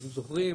אתם זוכרים,